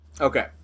Okay